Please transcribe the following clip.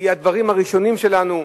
הדברים הראשונים שלנו,